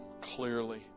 clearly